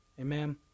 Amen